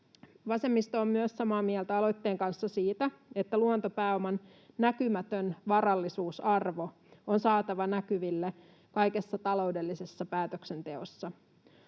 Vasemmisto on samaa mieltä aloitteen kanssa myös siitä, että luontopääoman näkymätön varallisuusarvo on saatava näkyville kaikessa taloudellisessa päätöksenteossa.